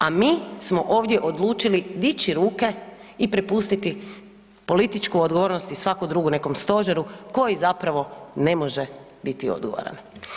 A mi smo ovdje odlučili dići ruke i prepustiti političku odgovornost i svaku drugu nekom stožeru koji zapravo ne može biti odgovoran.